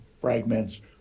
fragments